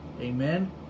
Amen